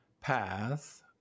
path